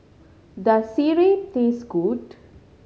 does sireh taste good